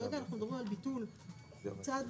כרגע אנחנו מדברים על ביטול כל התקנים,